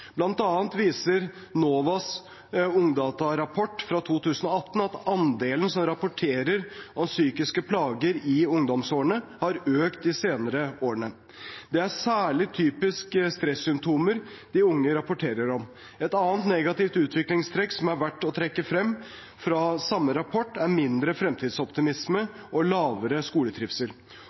viser NOVAs rapport Ungdata 2018 at andelen som rapporterer om psykiske plager i ungdomsårene, har økt de senere årene. Det er særlig typiske stressymptomer de unge rapporterer om. Et annet negativt utviklingstrekk som er verdt å trekke frem fra samme rapport, er mindre fremtidsoptimisme og lavere skoletrivsel.